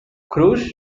cruz